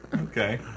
Okay